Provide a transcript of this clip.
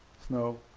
snow,